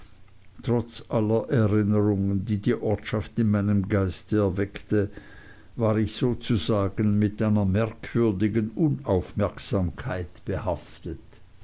trotz aller erinnerungen die die ortschaft in meinem geist erweckte war ich sozusagen mit einer merkwürdigen unaufmerksamkeit behaftet